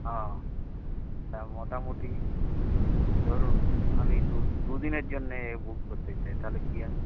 ও তা মোটামুটি ধরুন আমি দু দুদিনের জন্যে বুক করতে চাই তাহলে কী হবে